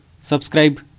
subscribe